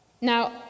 Now